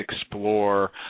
explore